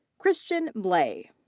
christian mlay.